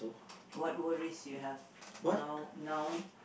what worries you have now now